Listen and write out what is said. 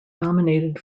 nominated